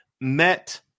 met